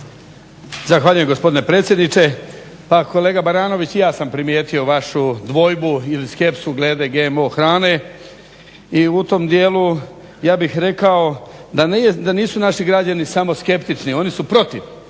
Zahvaljujem gospodine predsjedniče. Pa kolega Baranović i ja sam primijetio vašu dvojbu ili skepsu glede GMO hrane i u tom dijelu ja bih rekao da nisu naši građani samo skeptični, oni su protiv,